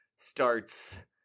starts